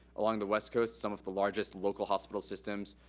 along the west coast, some of the largest local hospital systems.